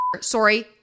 Sorry